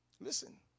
Listen